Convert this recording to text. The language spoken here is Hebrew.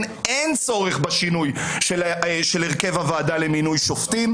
אין צורך בשינוי של הרכב הוועדה למינוי שופטים.